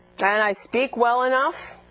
and i speak well enough